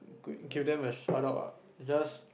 could give them a shout out ah just